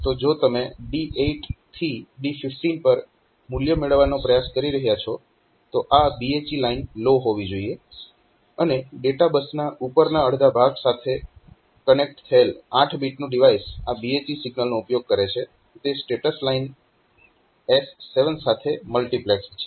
તો જો તમે D8 થી D15 પર મૂલ્ય મેળવવાનો પ્રયાસ કરી રહ્યાં છો તો આ BHE લાઈન લો હોવી જોઈએ અને ડેટા બસના ઉપરના અડધા ભાગ સાથે કનેક્ટ થયેલ 8 બીટનું ડિવાઇસ આ BHE સિગ્નલનો ઉપયોગ કરે છે તે સ્ટેટસ લાઇન S7 સાથે મલ્ટીપ્લેક્સ્ડ છે